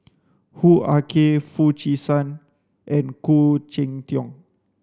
Hoo Ah Kay Foo Chee San and Khoo Cheng Tiong